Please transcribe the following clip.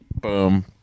boom